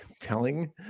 telling